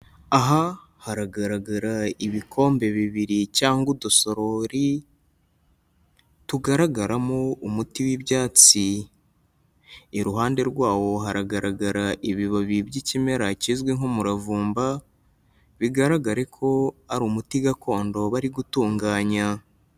Aha haragaragara ibikombe bibiri cyangwa udusorori, tugaragaramo umuti w'ibyatsi, iruhande rwawo haragaragara ibibabi by'ikimera kizwi nk'umuravumba bigaragare ko ari umuti gakondo bari gutunganya.